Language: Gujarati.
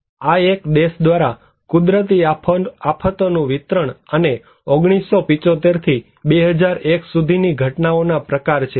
આ એક દેશ દ્વારા કુદરતી આફતોનું વિતરણ અને 1975 થી 2001 સુધીની ઘટનાઓના પ્રકાર છે